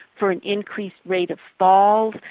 for an increased rate of falls.